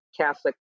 Catholic